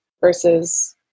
versus